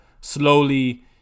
Slowly